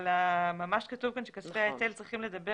אבל ממש כתוב כאן שכספי ההיטל צריכים לדבר